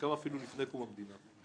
חלקם אפילו לפני קום המדינה.